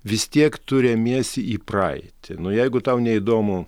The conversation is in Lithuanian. vis tiek tu remiesi į praeitį jeigu tau neįdomu